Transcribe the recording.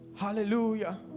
hallelujah